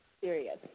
serious